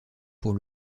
pour